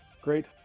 Great